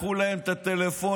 לקחו להם את הטלפונים,